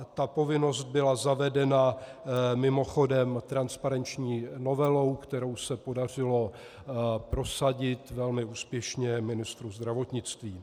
Ta povinnost byla zavedena mimochodem transparenční novelou, kterou se podařilo prosadit velmi úspěšně ministru zdravotnictví.